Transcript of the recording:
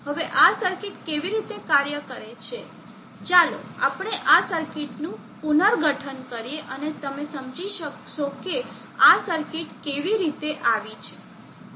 હવે આ સર્કિટ કેવી રીતે કાર્ય કરે છે ચાલો આપણે આ સર્કિટનું પુનર્ગઠન કરીએ અને તમે સમજી શકશો કે આ સર્કિટ કેવી રીતે આવી છે